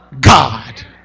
God